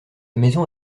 maison